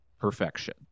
perfection